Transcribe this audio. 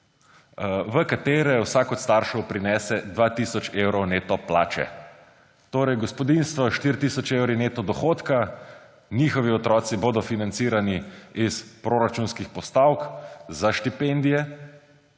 v katere vsak od staršev prinese 2 tisoč evrov neto plače. Torej, gospodinjstva s 4 tisoč evri neto dohodka, njihovi otroci bodo financirani iz proračunskih postavk za štipendije